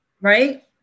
right